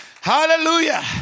Hallelujah